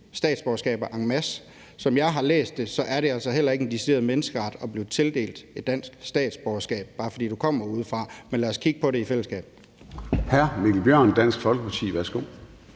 statsborgerskaber en masse. Som jeg har læst det, er det altså heller ikke en decideret menneskeret at blive tildelt et dansk statsborgerskab, bare fordi du kommer udefra. Men lad os kigge på det i fællesskab. Kl. 10:57 Formanden (Søren Gade): Hr. Mikkel Bjørn, Dansk Folkeparti. Værsgo.